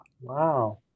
Wow